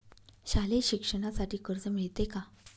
शालेय शिक्षणासाठी कर्ज मिळते का?